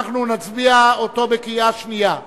אנחנו נצביע אותו בקריאה שנייה.